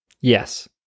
Yes